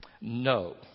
No